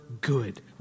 good